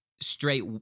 straight